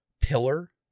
pillar